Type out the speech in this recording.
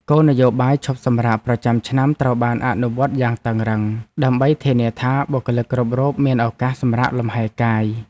គោលនយោបាយឈប់សម្រាកប្រចាំឆ្នាំត្រូវបានអនុវត្តយ៉ាងតឹងរ៉ឹង ដើម្បីធានាថាបុគ្គលិកគ្រប់រូបមានឱកាសសម្រាកលម្ហែកាយ។